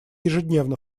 ежедневно